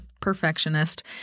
perfectionist